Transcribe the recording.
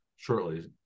shortly